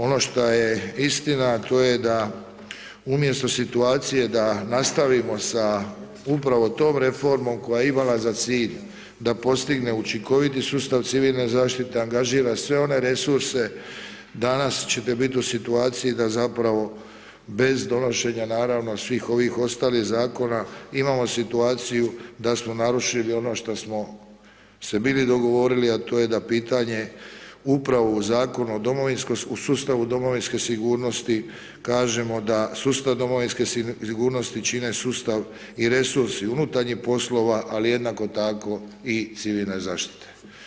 Ono šta je istina, a to je da umjesto situacije da nastavimo sa upravo tom reformom koja je imala za cilj da postigne učinkoviti sustav civilne zaštite angažira sve one resurse, danas ćete biti u situaciji da zapravo bez donošenja naravno svih ovih ostalih zakona, imamo situaciju da smo narušili ono što smo se bili dogovorili a to je da pitanje upravo u Zakonu o sustavu Domovinske sigurnosti kažemo da sustav Domovinske sigurnosti čime sustav i resursi unutarnji poslova ali jednako tako i civilne zaštite.